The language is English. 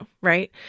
Right